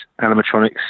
animatronics